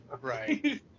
Right